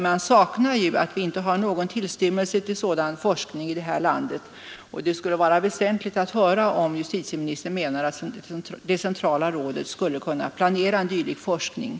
Man saknar ju helt sådan forskning i det här 26 april 1973 landet. Det skulle vara väsentligt att höra om justitieministern menar att ———— det centrala rådet skulle kunna planera en dylik forskning.